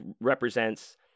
represents